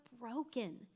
broken